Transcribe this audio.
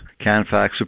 Canfax